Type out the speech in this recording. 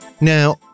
Now